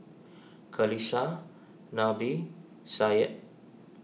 Qalisha Nabil Syed